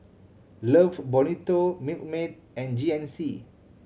Love Bonito Milkmaid and G N C